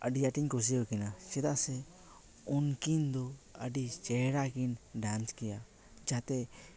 ᱟᱹᱰᱤ ᱟᱸᱴ ᱤᱧ ᱠᱩᱥᱤ ᱟᱹᱠᱤᱱᱟ ᱪᱮᱫᱟᱜ ᱥᱮ ᱩᱱᱠᱤᱱ ᱫᱚ ᱟᱹᱰᱤ ᱪᱮᱦᱮᱨᱟ ᱠᱤᱱ ᱰᱟᱱᱥ ᱜᱮᱭᱟ ᱡᱟᱛᱮ